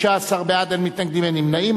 15 בעד, אין מתנגדים, אין נמנעים.